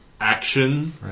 action